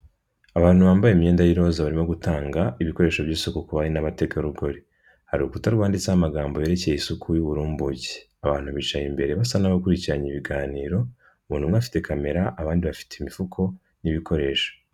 Abantu bambaye imyenda y'iroza barimo gutanga ibikoresho by'isuku ku n'abategarugori, hari urukuta rwanditse amagambo yerekeye isuku y'uburumbuke, abantu bicaye imbere basa n'abakurikiranye ibiganiro, umuntu umwe afite kamera abandi bafite imifuko n'ibikoresho.